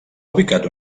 ubicat